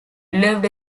lived